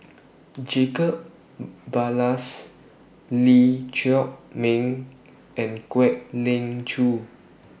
Jacob Ballas Lee Chiaw Meng and Kwek Leng Joo